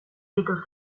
ditu